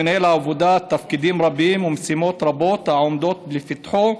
למנהל העבודה תפקידים רבים ומשימות רבות העומדות לפתחו,